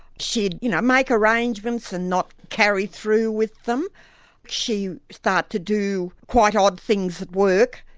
she'd you know make arrangements and not carry through with them she started to do quite odd things at work.